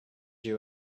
you